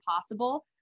possible